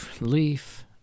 leaf